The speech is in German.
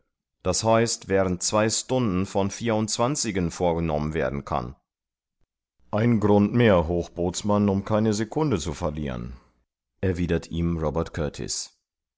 d h während zwei stunden von vierundzwanzigen vorgenommen werden kann ein grund mehr hochbootsmann um keine secunde zu verlieren erwidert ihm robert kurtis